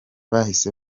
bahise